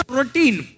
routine